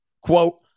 quote